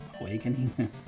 Awakening